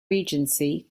regency